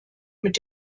mit